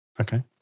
Okay